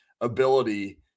ability